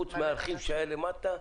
חוץ מהארכיב שהיה למטה,